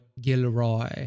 Gilroy